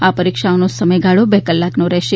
આ પરીક્ષાનો સમયગાળોા બે કલાકનો રહેશે